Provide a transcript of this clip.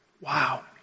Wow